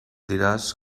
diràs